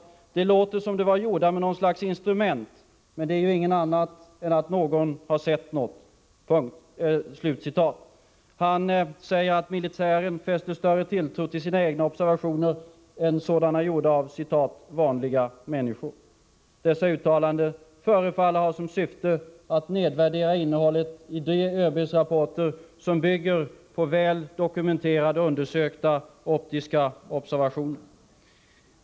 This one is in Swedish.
”Det låter som om de var gjorda med något slags instrument. Men det är ju ingenting annat än att någon har sett något.” Han säger att militären fäster större tilltro till sina egna observationer än till sådana gjorda av ”vanliga människor”. Dessa uttalanden förefaller ha till syfte att nedvärdera innehållet i de ÖB-rapporter som bygger på väl dokumenterade, undersökta optiska observationer.